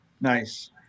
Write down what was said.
Nice